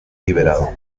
liberado